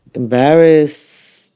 embarrassed,